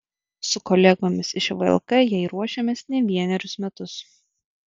su kolegomis iš vlk jai ruošėmės ne vienerius metus